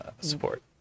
Support